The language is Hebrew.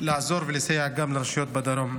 לעזור ולסייע גם לרשויות בדרום.